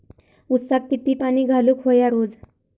ऊसाक किती पाणी घालूक व्हया रोज?